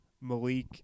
Malik